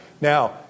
Now